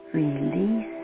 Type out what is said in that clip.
release